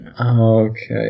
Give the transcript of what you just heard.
Okay